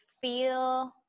feel